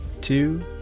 two